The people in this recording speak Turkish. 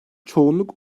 çoğunluk